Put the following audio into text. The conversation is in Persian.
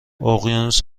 اقیانوس